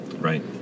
Right